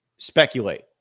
speculate